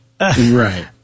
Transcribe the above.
Right